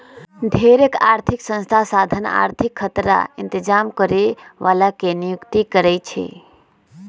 ढेरेक आर्थिक संस्था साधन आर्थिक खतरा इतजाम करे बला के नियुक्ति करै छै